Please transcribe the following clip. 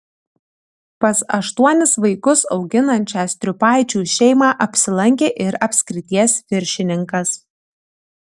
pas aštuonis vaikus auginančią striupaičių šeimą apsilankė ir apskrities viršininkas